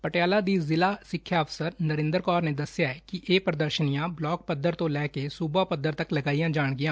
ਪਟਿਆਲੇ ਦੀ ਜਿਲ੍ਹਾ ਸਿੱਖਿਆ ਅਫਸਰ ਹਰਿੰਦਰ ਕੌਰ ਨੇ ਦੱਸਿਆ ਕਿ ਇਹ ਪ੍ਦਰਸ਼ਨੀਆਂ ਬਲਾਕ ਪੱਧਰ ਤੋਂ ਲੈਕੇ ਸੂਬਾ ਪੱਧਰ ਤੱਕ ਲਾਈਆਂ ਜਾਣਗੀਆਂ